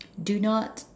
do not